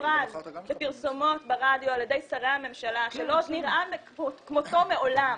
מופרז בפרסומות ברדיו על ידי שרי הממשלה שלא נראה כמותו מעולם.